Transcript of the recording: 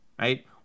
right